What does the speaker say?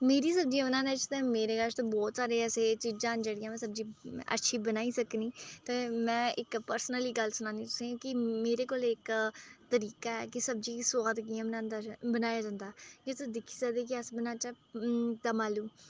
मेरी सब्जियां बनाने च ते मेरे कश ते बहोत सारे ऐसे चीज़ां न जेह्ड़ियां में सब्जी अच्छी बनाई सकनी ते में इक पर्सनली गल्ल सनानी तुसें ई की मेरे कोल इक तरीका ऐ की सब्जी गी सोआद कि'यां बनांदे जाये बनाया जन्दा एह् एह् तुस दिक्खी सकदे की अस बनाचै दम आलू